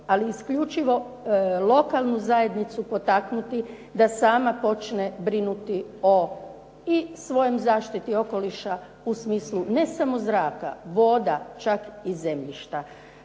ali isključivo lokalnu zajednicu potaknuti da sama počne brinuti i o svojoj zaštiti okoliša u smislu ne samo zraka, voda, čak i zemljišta.